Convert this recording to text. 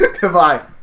Goodbye